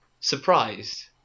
surprised